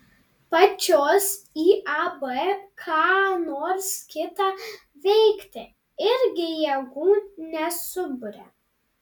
pačios iab ką nors kitą veikti irgi jėgų nesuburia